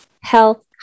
health